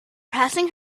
passing